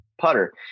putter